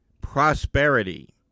prosperity